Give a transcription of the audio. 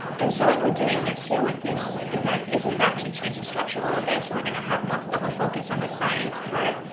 and so what we're doing this year with this event is we've actually changed the structure a little bit. so we're going to have more of a focus on the science part,